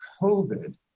COVID